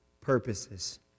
purposes